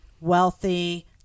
wealthy